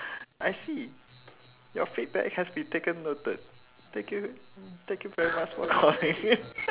I see your feedback has been taken noted thank you thank you very much for calling